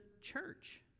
church